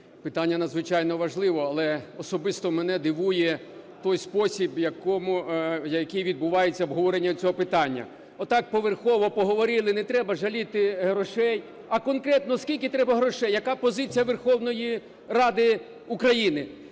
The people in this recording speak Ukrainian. питання надзвичайно важливе. Але особисто мене дивує той спосіб, в який відбувається обговорення цього питання: отак поверхово поговорили – не треба жаліти грошей. А конкретно скільки треба грошей? Яка позиція Верховної Ради України?